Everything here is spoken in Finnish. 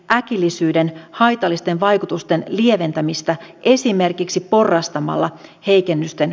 gaäkillisyyden haitallisten vaikutusten lieventämistä esimerkiksi porrastamalla heikennysten